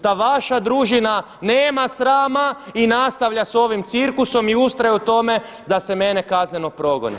Ta vaša družina nema srama i nastavlja s ovim cirkusom i ustraje u tome da se mene kazneno progoni.